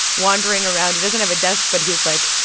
wandering around. he doesn't have a desk, but he's, like,